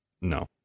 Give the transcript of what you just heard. No